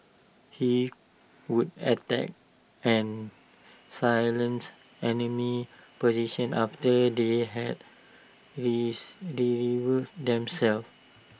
he would attack and silence enemy positions after they had this revealed themselves